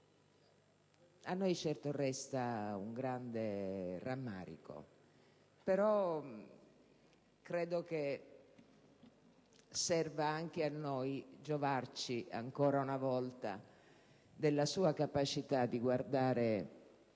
A noi resta un grande rammarico, però credo che serva anche a noi giovarci, ancora una volta, della sua capacità di guardare